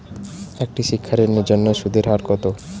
একটি শিক্ষা ঋণের জন্য সুদের হার কত?